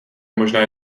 možná